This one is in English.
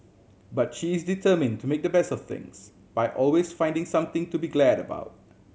but she is determined to make the best of things by always finding something to be glad about